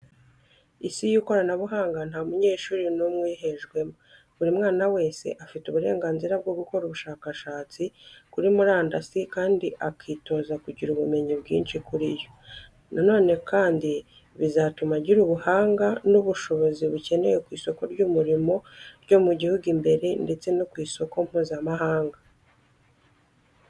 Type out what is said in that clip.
Isi y'ikoranabuhanga nta munyeshuri n'umwe uyihejwemo. Buri mwana wese afite uburenganzira bwo gukora ubushakashatsi kuri murandasi kandi akitoza kugira ubumenyi bwinshi kuri yo. Nanone kandi bizatuma agira ubuhanga n'ubushobozi bukenewe ku isoko ry'umurimo ryo mu gihugu imbere ndetse no ku isoko mpuzamahanga.